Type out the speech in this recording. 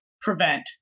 prevent